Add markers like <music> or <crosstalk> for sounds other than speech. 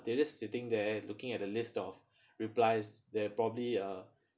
they're just sitting there looking at the list of <breath> replies that probably uh